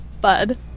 bud